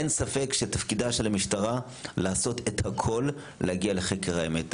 אין ספק שתפקידה של המשטרה לעשות את הכול להגיע לחקר האמת.